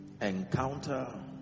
Encounter